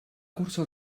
cursar